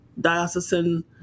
diocesan